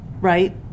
right